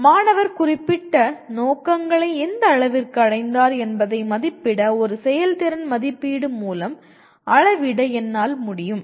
எனவே மாணவர் குறிப்பிட்ட நோக்கங்களை எந்த அளவிற்கு அடைந்தார் என்பதை மதிப்பிட ஒரு செயல்திறன் மதிப்பீடு மூலம் அளவிட என்னால் முடியும்